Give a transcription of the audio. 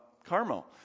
Carmel